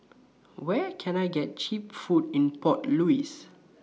Where Can I get Cheap Food in Port Louis